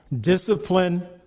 discipline